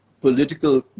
political